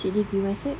basic degree maksud